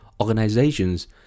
organizations